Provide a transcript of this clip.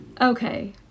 Okay